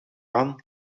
aan